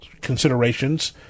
considerations